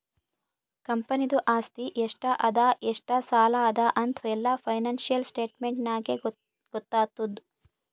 ಕಂಪನಿದು ಆಸ್ತಿ ಎಷ್ಟ ಅದಾ ಎಷ್ಟ ಸಾಲ ಅದಾ ಅಂತ್ ಎಲ್ಲಾ ಫೈನಾನ್ಸಿಯಲ್ ಸ್ಟೇಟ್ಮೆಂಟ್ ನಾಗೇ ಗೊತ್ತಾತುದ್